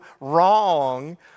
wrong